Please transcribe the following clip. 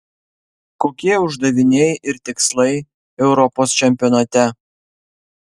kokie uždaviniai ir tikslai europos čempionate